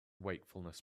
wakefulness